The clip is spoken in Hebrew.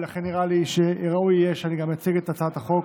ולכן נראה לי שראוי יהיה שגם אציג את הצעת החוק.